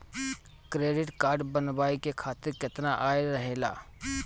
Credit card बनवाए के खातिर केतना आय रहेला?